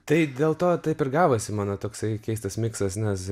tai dėl to taip ir gavosi mano toksai keistas miksas nes